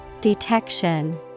Detection